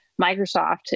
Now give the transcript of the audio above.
Microsoft